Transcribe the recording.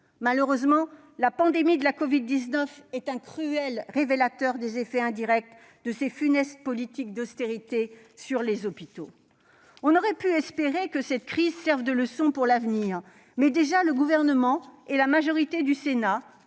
Malheureusement, la pandémie de la covid-19 est un cruel révélateur des effets indirects de ces funestes politiques d'austérité sur les hôpitaux ... On aurait pu espérer que cette crise serve de leçon pour l'avenir, mais le Gouvernement et la majorité du Sénat